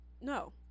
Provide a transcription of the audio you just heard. No